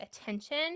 attention